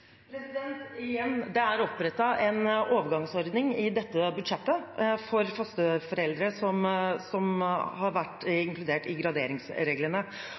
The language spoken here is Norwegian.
Igjen: Det er opprettet en overgangsordning i dette budsjettet for fosterforeldre som har vært inkludert i graderingsreglene.